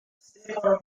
stefano